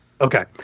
Okay